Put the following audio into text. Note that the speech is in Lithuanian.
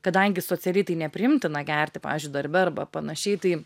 kadangi socialiai tai nepriimtina gerti pavyzdžiui darbe arba panašiai tai